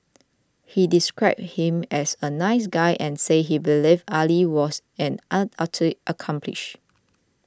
he described him as a nice guy and said he believed Ali was an accomplice